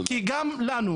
כי גם לנו,